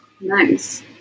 Nice